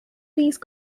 these